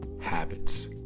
Habits